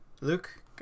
Luke